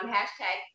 Hashtag